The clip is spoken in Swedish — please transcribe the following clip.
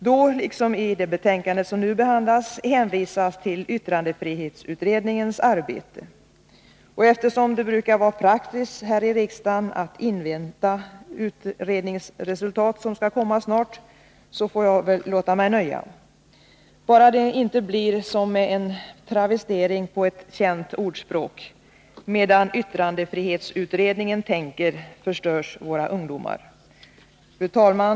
Då, liksom i det betänkandet som nu behandlas, hänvisades till yttrandefrihetsutredningens arbete. Eftersom det brukar vara praxis här i riksdagen att invänta utredningsresultat som snart skall komma, får jag väl låta mig nöja. Bara det inte blir som med en travestering på ett känt ordspråk: Medan yttrandefrihetsutredningen tänker, förstörs våra ungdomar! Fru talman!